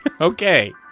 Okay